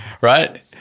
Right